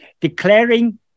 declaring